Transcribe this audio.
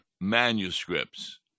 manuscripts